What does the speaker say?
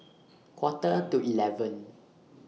Quarter to eleven